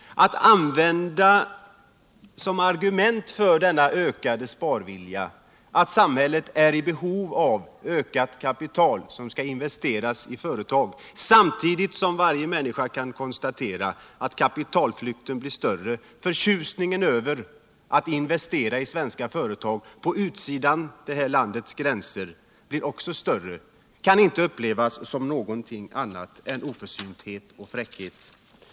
Att som argument för denna ökade sparvilja säga att samhället är i behov av ökat kapital som skall investeras i företag, samtidigt som varje människa kan konstatera att kapitalflykten blir större och att förtjusningen över att investera i svenska företag på utsidan om detta lands gränser också blir större, kan inte upplevas som något annat än Värdesäkert lön sparande Värdesäkert lönsparande oförsynthet och fräckhet.